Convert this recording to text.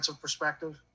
perspective